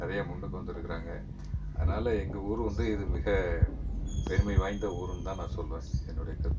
நிறைய முன்னுக்கு வந்துருக்கிறாங்க அதனால் எங்கள் ஊர் வந்து இது மிக பெருமையாவாய்ந்த ஊருன்னு தான் நான் சொல்லுவேன் என்னுடைய கருத்து